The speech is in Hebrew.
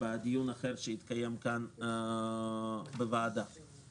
בדיון אחר שהתקיים כאן בוועדה ולא ארחיב עכשיו.